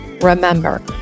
Remember